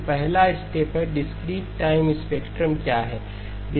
तो पहला स्टेप है डिस्क्रीट टाइम स्पेक्ट्रम क्या है